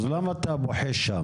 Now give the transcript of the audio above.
למה אתה נכנס לזה?